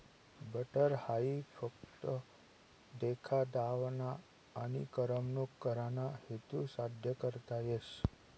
butter हाई फक्त देखा दावाना आनी करमणूक कराना हेतू साद्य करता येस